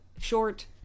short